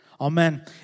Amen